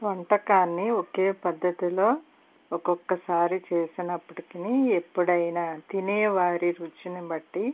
వంటకాన్ని ఒకే పద్ధతిలో ఒక్కొక్కసారి చేసినప్పటికిని ఎప్పుడైనా తినేవారి రుచిని బట్టి